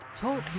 Talk